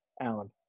Alan